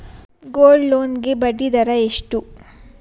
Gold loan ಗೆ ಬಡ್ಡಿ ದರ ಎಷ್ಟು?